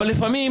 לפעמים,